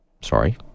sorry